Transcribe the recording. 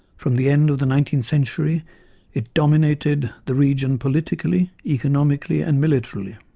from the end of the nineteenth century it dominated the region politically, economically and militarily.